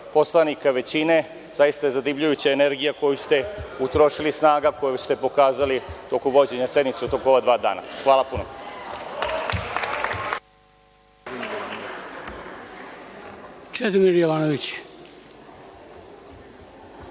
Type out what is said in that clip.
poslanika većine. Zaista je zadivljujuća energija koju ste utrošili, snaga koju ste pokazali tokom vođenja sednice u toku ova dva dana. Hvala puno.